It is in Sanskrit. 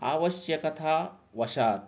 आवश्यकता वशात्